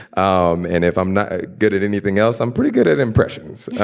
um and if i'm not ah good at anything else, i'm pretty good at impressions